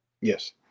Yes